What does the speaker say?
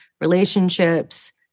relationships